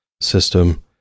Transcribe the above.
system